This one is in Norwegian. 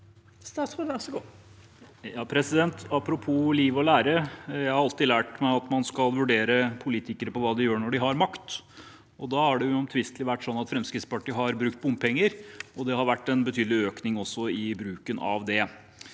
Apropos liv og lære: Jeg har alltid lært at man skal vurdere politikere ut fra hva de gjør når de har makt. Da har det uomtvistelig vært slik at Fremskrittspartiet har brukt bompenger, og det har også vært en betydelig økning i bruken av det.